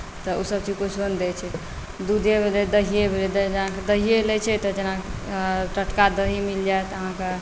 तऽ ओ सभचीज कुछो नहि दैत छै दूधे भेलै दहिए भेलै दहिए लैत छै तऽ जेना टटका दही मिल जायत अहाँकेँ